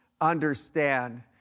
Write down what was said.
understand